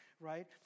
right